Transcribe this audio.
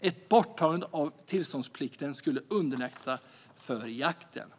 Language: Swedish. Ett borttagande av tillståndsplikten skulle underlätta för jakten.